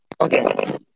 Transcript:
Okay